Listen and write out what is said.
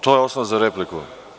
To je osnov za repliku?